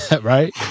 Right